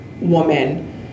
woman